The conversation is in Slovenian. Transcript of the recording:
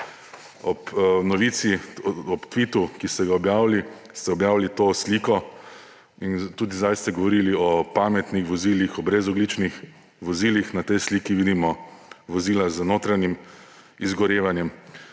ob novici, ob tvitu, ki ste ga objavili, ste objavili to sliko in tudi zdaj ste govorili o pametnih vozilih, o brezogljičnih vozilih. Na tej sliki vidimo vozila z notranjim izgorevanjem,